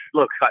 look